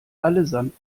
allesamt